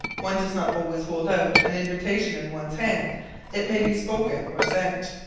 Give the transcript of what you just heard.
one does not always hold out an invitation in one's hand it may be spoken or sent.